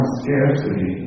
scarcity